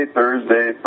Thursday